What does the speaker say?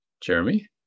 Jeremy